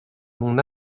mon